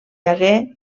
hagué